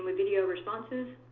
video responses.